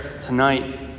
tonight